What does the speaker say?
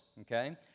Okay